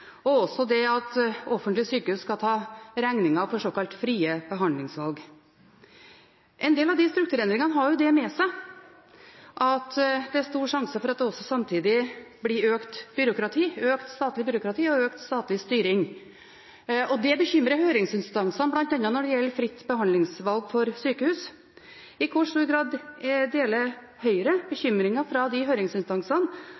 og også det at offentlige sykehus skal ta regningen for såkalte frie behandlingsvalg. En del av de strukturendringene har jo det ved seg at det er stor sjanse for at det samtidig blir økt byråkrati – økt statlig byråkrati og økt statlig styring. Det bekymrer høringsinstansene bl.a. når det gjelder fritt behandlingsvalg for sykehus. I hvor stor grad deler Høyre